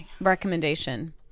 recommendation